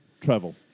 Travel